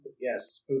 Yes